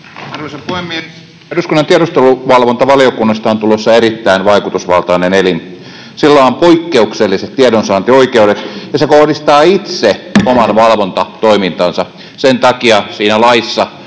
Arvoisa puhemies! Eduskunnan tiedusteluvalvontavaliokunnasta on tulossa erittäin vaikutusvaltainen elin. Sillä on poikkeukselliset tiedonsaantioikeudet, ja se kohdistaa itse oman valvontatoimintansa. Sen takia siinä laissa,